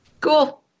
Cool